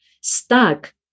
stuck